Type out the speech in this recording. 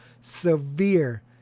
severe